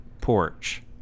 porch